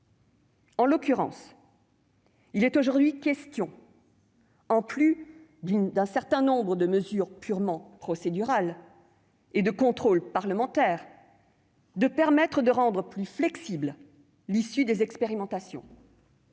En l'occurrence, il est question, en plus d'un certain nombre de mesures purement procédurales et de contrôle parlementaire, de rendre plus flexible l'issue des expérimentations,